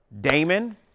Damon